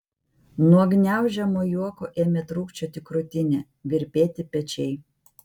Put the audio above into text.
nuo gniaužiamo juoko ėmė trūkčioti krūtinė virpėti pečiai